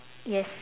yes